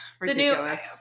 Ridiculous